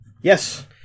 Yes